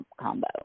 combo